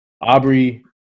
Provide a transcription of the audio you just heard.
Aubrey